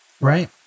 Right